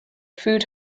food